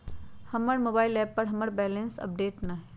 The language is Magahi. हमर मोबाइल एप पर हमर बैलेंस अपडेट न हई